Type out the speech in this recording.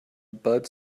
bud